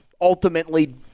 ultimately